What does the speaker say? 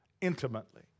intimately